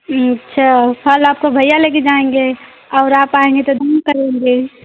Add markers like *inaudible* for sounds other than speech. अच्छा फल आपको भैया ले कर जाएंगे और आप आएंगे तो *unintelligible* करेंगे